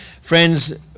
Friends